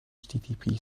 http